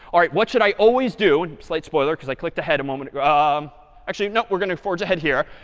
all right, what should i always do? slight spoiler because i clicked ahead a moment ago ah um actually, we're going to forge ahead here.